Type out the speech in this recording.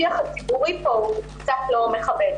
השיח הציבורי פה הוא קצת לא מכבד.